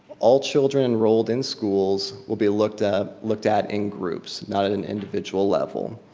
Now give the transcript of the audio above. all children enrolled in schools will be looked ah looked at in groups not at an individual level.